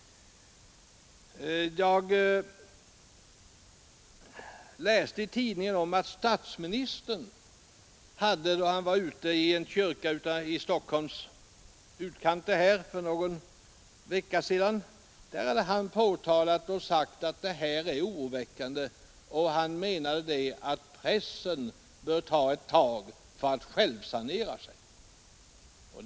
Jag läste i tidningen att statsministern, när han nyligen framträdde i en kyrka i en av Stockholms utkanter, hade sagt att utvecklingen är oroväckande; han ansåg att pressen borde försöka lvsanera sig.